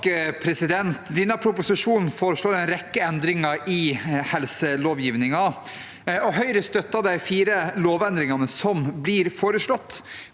Bøe (H) Proposisjonen foreslår en rekke endringer i helselovgivningen. Høyre støtter de fire lovendringene som blir foreslått,